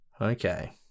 Okay